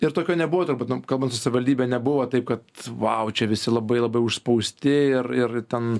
ir tokio nebuvo turbūt nu kalbant su savivaldybe nebuvo taip kad vau čia visi labai labai užspausti ir ir ten